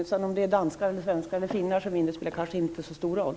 Om det sedan är danskar, svenskar eller finländare som vinner spelar kanske inte så stor roll.